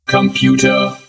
Computer